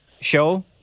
show